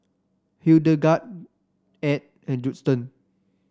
Hildegard Edd and Judson